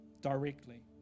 directly